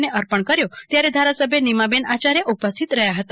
ને અર્પણ કર્યો ત્યારે ધારાસભ્ય નીમાબેન આચાર્ય ઉપસ્થિત રહ્યા હતા